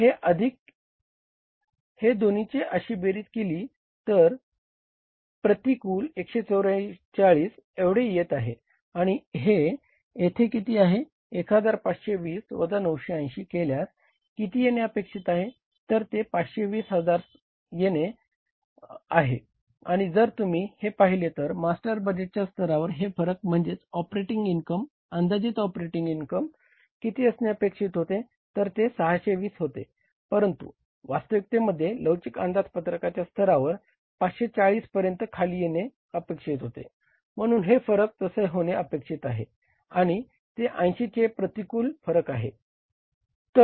हे अधिक हे दोन्हींची अशी बेरीज केली तर प्रतिकूल फरक आहे